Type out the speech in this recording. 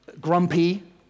grumpy